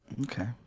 Okay